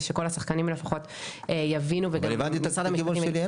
כל השחקנים לפחות יבינו וגם --- אבל הבנתי את הכיוון שלי,